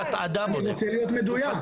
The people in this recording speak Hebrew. אני רוצה להיות מדויק.